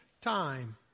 time